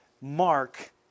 mark